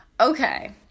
Okay